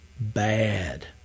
bad